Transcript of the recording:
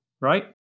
Right